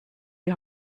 die